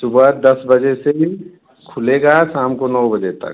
सुबह दस बजे से ही खुलेगा शाम को नौ बजे तक